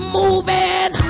moving